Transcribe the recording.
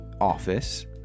office